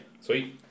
Sweet